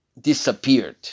disappeared